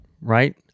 right